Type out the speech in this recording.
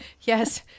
Yes